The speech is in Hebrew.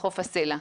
בחוף הסלע.